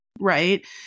right